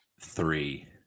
Three